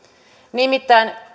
nimittäin